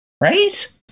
Right